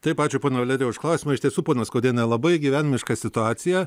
taip ačiū ponia vlerija už klausimą iš tiesų ponia skuodiene labai gyvenimiška situacija